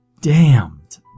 damned